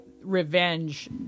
revenge